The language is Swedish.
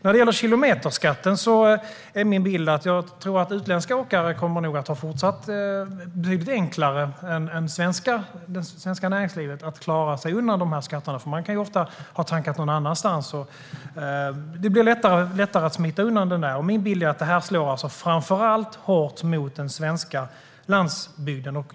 När det gäller kilometerskatten är min bild att utländska åkare nog fortsatt kommer att ha det betydligt enklare än svenska näringslivet att klara sig undan denna skatt. Man kan ofta ha tankat någon annanstans. Det blir alltså lättare att smita undan från kilometerskatten. Min bild är att detta slår hårt framför allt mot jobb och tillväxt på den svenska landsbygden.